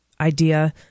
idea